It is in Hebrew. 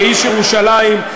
כאיש ירושלים,